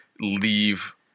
leave